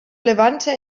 levanter